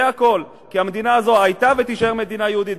זה הכול, כי המדינה הזו היתה ותישאר מדינה יהודית.